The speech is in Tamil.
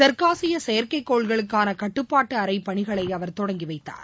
தெற்காசிய செயற்கைக்கோள்களுக்கான கட்டுபாட்டு அறை பணிகளைஅவர் தொடங்கி வைத்தார்